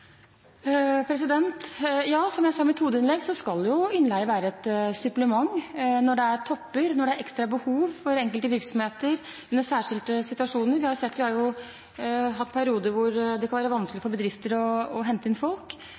Ja, som jeg sa i mitt hovedinnlegg, skal innleie være et supplement når det er topper, når det er ekstra behov for enkelte virksomheter i særskilte situasjoner. Vi har hatt perioder hvor det kan være vanskelig for bedrifter å hente inn folk, og for en del tilfeller kan det være bedre å hente inn